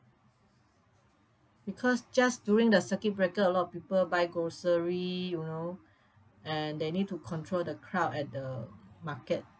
because just during the circuit breaker a lot of people buy grocery you know and they need to control the crowd at the market